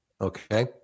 okay